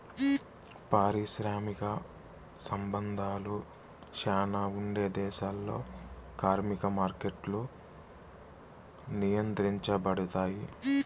పారిశ్రామిక సంబంధాలు శ్యానా ఉండే దేశాల్లో కార్మిక మార్కెట్లు నియంత్రించబడుతాయి